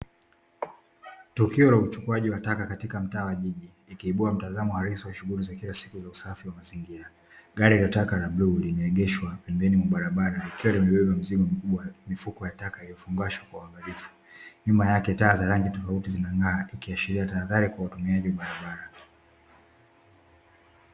Tukio la uchukua taka katika mtaa wa jiji, likiibua mtazamo halisi katika shughuli za kila siku za usafi wa mazingira, gari la taka la bluu limeengeshwa pembeni mwa barabara likiwa limejaa mifuko ya taka iliyofungashwa kwa uangalifu, nyuma yake taa za rangi tofauti zing'aa ikiashiria tahadhari kwa watumiaji wa barabara.